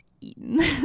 eaten